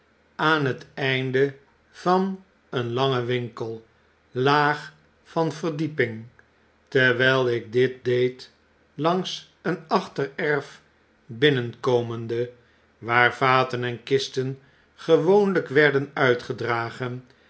aan het einde van een langen winkel laag van verdieping terwyl ik dit deed langs een achtererf binnenkomende waar vaten en kisten gewoonlyk werden uitgedragen